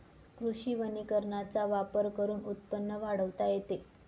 कृषी वनीकरणाचा वापर करून उत्पन्न वाढवता येते